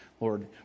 Lord